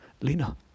Lina